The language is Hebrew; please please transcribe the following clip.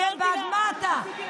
בעד מה אתה?